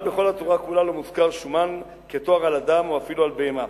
אבל בכל התורה כולה לא מוזכר שומן כתואר על אדם או אפילו על בהמה.